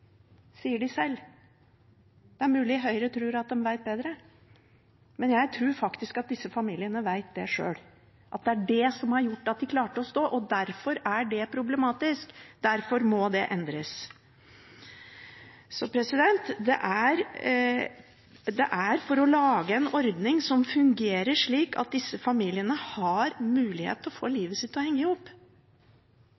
sier de sjøl. Det er mulig Høyre tror at de vet bedre, men jeg tror faktisk at disse familiene vet sjøl at det er det som har gjort at de klarte å stå. Derfor er det problematisk. Derfor må det endres – for å lage en ordning som fungerer, slik at disse familiene har mulighet til å få